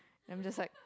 I'm just like